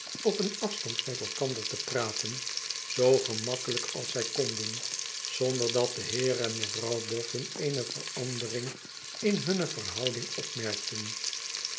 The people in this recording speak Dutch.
op een afstand met elkander te praten zoo gemakkelijk als zij konden zonder dat den heer en mevrouw boffin eene verandering in hunne verhouding opmerkten